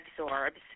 absorbs